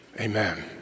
amen